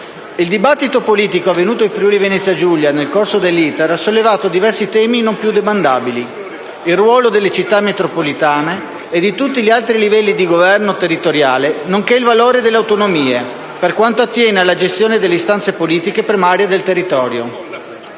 Il dibattito politico avvenuto in Friuli-Venezia Giulia nel corso dell'*iter* ha sollevato diversi temi non più demandabili: il ruolo delle Città metropolitane e di tutti gli altri livelli di governo territoriale, nonché il valore delle autonomie, per quanto attiene alla gestione delle istanze politiche primarie del territorio.